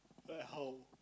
but how